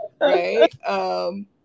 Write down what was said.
right